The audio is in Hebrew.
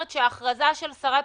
מכרז של משרד הבריאות ומשרד הביטחון,